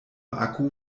akku